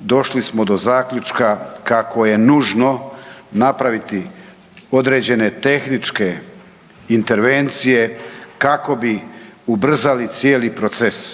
došli smo do zaključka kako je nužno napraviti određene tehničke intervencije kako bi ubrzali cijeli proces.